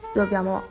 dobbiamo